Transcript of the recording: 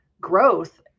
growth